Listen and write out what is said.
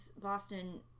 Boston